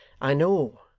i know,